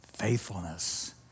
faithfulness